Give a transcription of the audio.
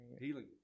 healing